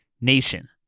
nation